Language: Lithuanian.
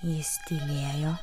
jis tylėjo